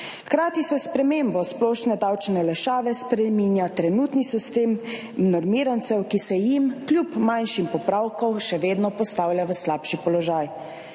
Hkrati se s spremembo splošne davčne olajšave spreminja trenutni sistem normirancev, ki se jim kljub manjšim popravkom še vedno postavlja v slabši položaj.